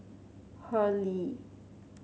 Hurley